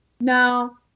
No